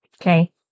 okay